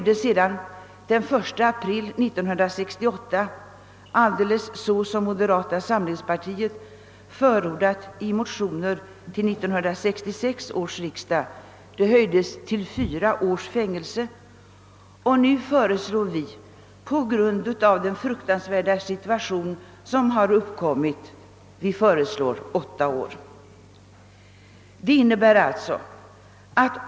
Den 1 april 1968 höjdes straffet på nytt, denna gång till fyra års fängelse, alldeles så som högerpartiet förordat i motioner till 1966 års riksdag. På grund av den fruktansvärda situation som har uppkommit föreslår vi nu, som sagt, en höjning till åtta år.